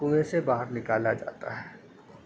کنویں سے باہر نکالا جاتا ہے